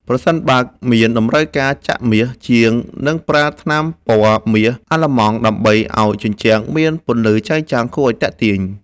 ប្រសិនបើមានតម្រូវការចាក់មាស ជាងនឹងប្រើថ្នាំពណ៌មាសអាឡឺម៉ង់ដើម្បីឱ្យជញ្ជាំងមានពន្លឺចែងចាំងគួរឱ្យទាក់ទាញ។